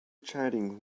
chatting